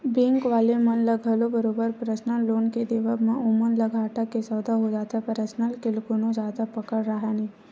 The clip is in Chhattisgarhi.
बेंक वाले मन ल घलो बरोबर परसनल लोन के देवब म ओमन ल घाटा के सौदा हो जाथे परसनल के कोनो जादा पकड़ राहय नइ